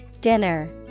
dinner